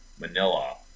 Manila